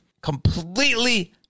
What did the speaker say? completely